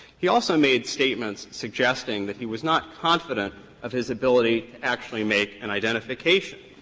he also made statements suggesting that he was not confident of his ability to actually make an identification.